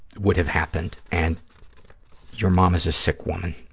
would have happened and your mom is a sick woman,